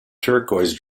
turquoise